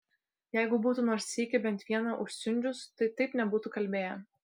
jeigu būtų nors sykį bent vieną užsiundžius tai taip nebūtų kalbėję